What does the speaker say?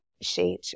sheet